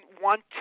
want